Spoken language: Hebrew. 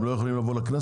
הם לא יכולים לבוא לכנסת?